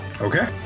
Okay